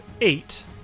eight